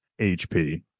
HP